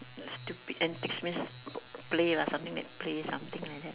stupid antics means play lah something like play something like that